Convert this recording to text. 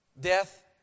Death